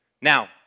Now